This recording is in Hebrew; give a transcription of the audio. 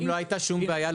אם לא הייתה שם בעיה,